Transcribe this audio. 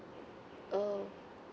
oo